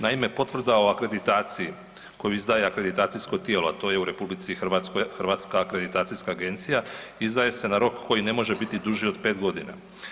Naime, potvrda o akreditaciji koju izdaje akreditacijsko tijelo, a to je u RH Hrvatska akreditacijska agencija, izdaje se na rok koji ne može biti duži od 5 godina.